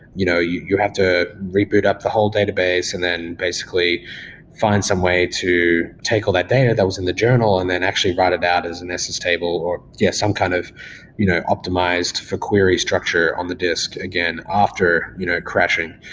you know you you have to reboot up the whole database and then basically find some way to take all that data that was in the journal and then actually write it out as an ss table or yeah some kind of you know optimized for query structure on the disk again after you know crashing.